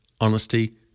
honesty